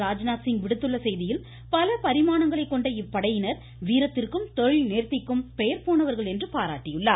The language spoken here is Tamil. ராஜ்நாத் சிங் விடுத்துள்ள செய்தியில் பல பரிமானங்களை கொண்ட இப்படையினர் வீரத்திற்கும் தொழில்நேர்த்திக்கும் பெயர்போனவர்கள் என்று பாராட்டியுள்ளார்